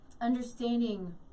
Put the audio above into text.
understanding